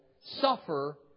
suffer